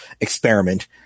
experiment